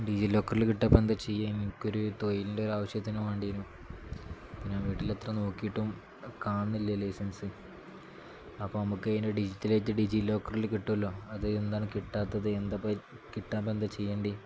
ഡിജിലോക്കറിൽ കിട്ടാൻ ഇപ്പം എന്താ ചെയ്യുക എനിക്കൊരു തൊഴിലിൻ്റെ ഒരു ആവശ്യത്തിന് വേണ്ടീനു പിന്നെ വീട്ടിൽ എത്ര നോക്കിയിട്ടും കാണുന്നില്ല ലൈസൻസ് അപ്പം നമുക്ക് അതിൻറെ ഡിജിറ്റലേ് ഡിജിലോക്കറിൽ കിട്ടുമല്ലോ അത് എന്താണ് കിട്ടാത്തത് എന്താ കിട്ടാൻ ഇപ്പം എന്താണ് ചെയ്യേണ്ടി